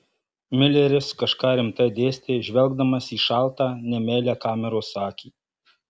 mileris kažką rimtai dėstė žvelgdamas į šaltą nemeilią kameros akį